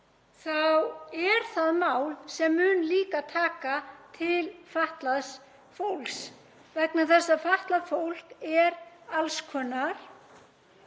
það er mál sem mun líka taka til fatlaðs fólks vegna þess að fatlað fólk er alls konar.